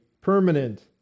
permanent